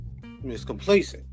miscomplacent